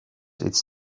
its